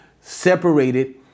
separated